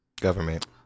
Government